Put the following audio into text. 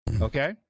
Okay